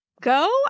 go